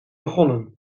begonnen